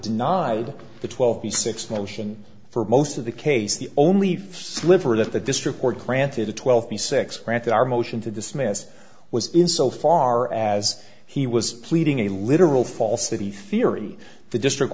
denied the twelve b six motion for most of the case the only fish sliver that the district court granted a twelve b six granted our motion to dismiss was in so far as he was pleading a literal falsity theory the district